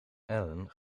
ellen